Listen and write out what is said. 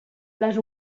les